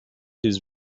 his